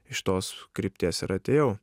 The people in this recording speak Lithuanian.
iš tos krypties ir atėjau